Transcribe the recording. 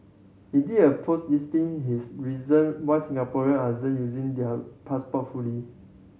he did a post listing his reason why Singaporean aren't using their passport fully